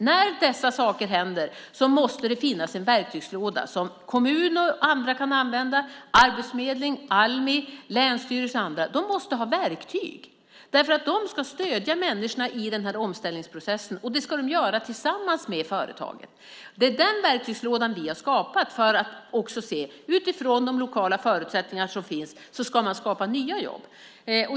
När sådana här saker händer måste det finnas en verktygslåda som kommuner och andra kan använda. Arbetsförmedlingen, Almi, länsstyrelsen och andra måste ha verktyg. De ska ju stödja människorna i omställningsprocessen, och det ska de göra tillsammans med företagen. Den verktygslådan har vi skapat - detta för att se hur man utifrån de lokala förutsättningar som finns kan skapa nya jobb.